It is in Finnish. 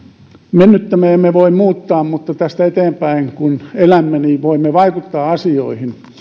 mennyttä me emme voi muuttaa mutta tästä eteenpäin kun elämme niin voimme vaikuttaa asioihin